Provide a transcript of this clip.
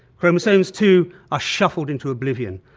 chromosomes too are shuffled into oblivion,